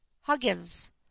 Huggins